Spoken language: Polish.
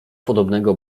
podobnego